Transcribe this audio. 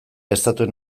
estatuen